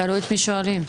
תלוי את מי שואלים.